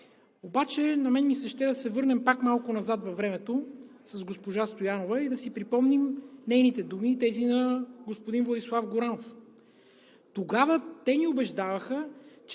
Обаче на мен ми се ще да се върнем малко назад във времето с госпожа Стоянова и да си припомним нейните думи и тези на господин Владислав Горанов. Тогава те ни убеждаваха,